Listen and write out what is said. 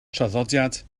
traddodiad